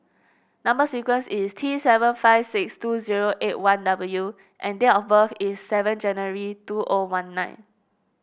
number sequence is T seven five six two zero eight one W and date of birth is seven January two O one nine